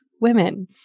women